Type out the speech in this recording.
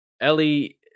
Ellie